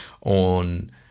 on